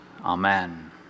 Amen